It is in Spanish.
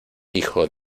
hijo